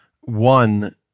One